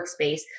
workspace